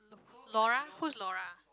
Laura who's Laura